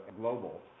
global